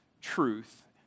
truth